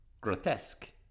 grotesque